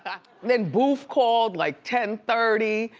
then boof called like ten thirty.